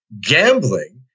Gambling